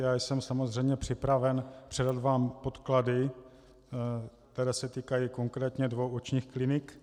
Já jsem samozřejmě připraven předat vám podklady, které se týkají konkrétně dvou očních klinik.